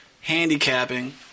handicapping